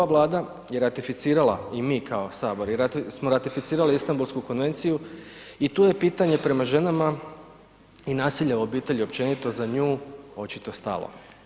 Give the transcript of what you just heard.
Ova Vlada je ratificirala i mi kao Sabor smo ratificirali Istanbulsku konvenciju i tu je pitanje prema ženama i nasilje u obitelji općenito za nju očito stalo.